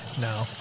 No